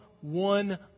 one